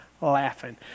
laughing